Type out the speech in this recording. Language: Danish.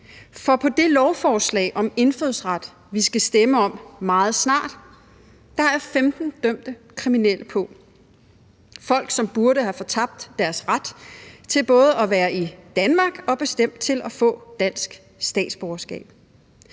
For på det lovforslag om indfødsret, som vi skal stemme om meget snart, er der 15 dømte kriminelle, folk, som burde have fortabt deres ret til både at være i Danmark og bestemt også til at få dansk statsborgerskab.